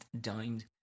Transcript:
dined